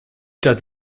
just